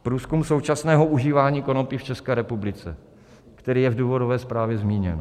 Průzkum současného užívání konopí v České republice, který je v důvodové zprávě zmíněn.